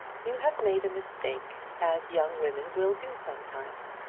you have made a mistake as young women will do sometimes,